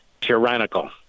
tyrannical